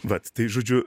vat tai žodžiu